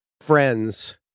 friends